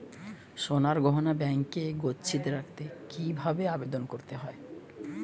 সোনার গহনা ব্যাংকে গচ্ছিত রাখতে কি ভাবে আবেদন করতে হয়?